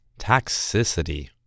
toxicity